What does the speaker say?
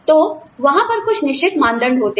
तो आप जानते हैं वहां पर कुछ निश्चित मानदंड होते हैं